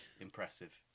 impressive